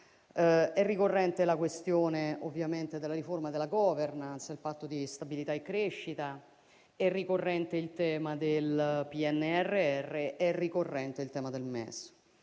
È ricorrente la questione della riforma della *governance*, il Patto di stabilità e crescita, è ricorrente il tema del PNRR ed è ricorrente il tema del MES.